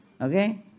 Okay